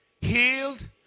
healed